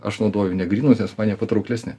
aš naudoju negrynus nes jie man patrauklesni